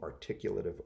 articulative